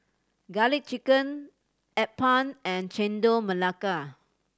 Garlic Chicken appam and Chendol Melaka